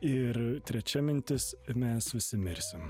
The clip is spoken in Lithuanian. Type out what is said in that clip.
ir trečia mintis mes visi mirsim